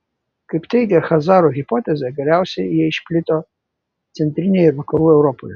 kaip teigia chazarų hipotezė galiausiai jie išplito centrinėje ir vakarų europoje